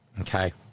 Okay